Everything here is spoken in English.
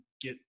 get